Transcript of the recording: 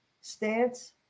stance